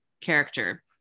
character